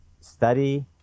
study